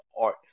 art